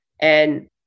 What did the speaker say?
And-